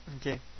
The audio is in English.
Okay